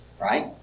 right